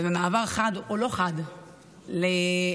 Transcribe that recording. ובמעבר חד או לא חד, לחוק.